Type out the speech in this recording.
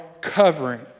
covering